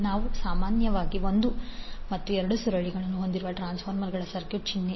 ನಾವು ಸಾಮಾನ್ಯವಾಗಿ ಒಂದು ಮತ್ತು ಎರಡು ಸುರುಳಿಯನ್ನು ಹೊಂದಿರುವ ಟ್ರಾನ್ಸ್ಫಾರ್ಮರ್ನ ಸರ್ಕ್ಯೂಟ್ ಚಿಹ್ನೆ